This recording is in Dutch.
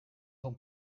van